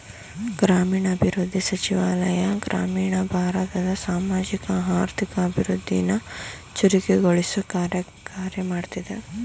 ಗ್ರಾಮೀಣಾಭಿವೃದ್ಧಿ ಸಚಿವಾಲಯ ಗ್ರಾಮೀಣ ಭಾರತದ ಸಾಮಾಜಿಕ ಆರ್ಥಿಕ ಅಭಿವೃದ್ಧಿನ ಚುರುಕುಗೊಳಿಸೊ ಕಾರ್ಯ ಮಾಡ್ತದೆ